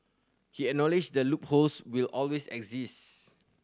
he acknowledged that loopholes will always exist